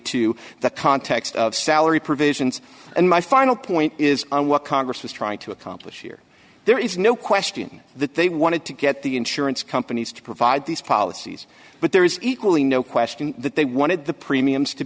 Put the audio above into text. to the context of salary provisions and my final point is on what congress was trying to accomplish here there is no question that they wanted to get the insurance companies to provide these policies but there is equally no question that they wanted the premiums to